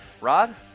Rod